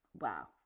wow